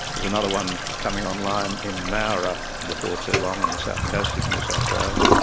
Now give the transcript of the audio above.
there's another one coming online in nowra before too long on the south coast of new south wales.